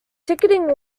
ticketing